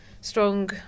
strong